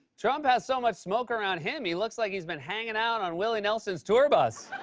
trump has so much smoke around him he looks like he's been hanging out on willie nelson's tour bus.